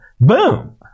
Boom